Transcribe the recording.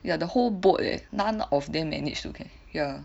ya the whole boat eh none of them manage to catch ya